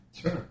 Sure